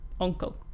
uncle